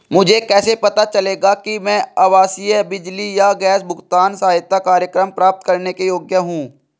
मुझे कैसे पता चलेगा कि मैं आवासीय बिजली या गैस भुगतान सहायता कार्यक्रम प्राप्त करने के योग्य हूँ?